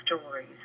stories